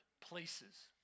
places